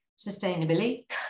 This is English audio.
sustainability